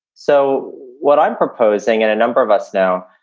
so what i'm proposing in a number of us now,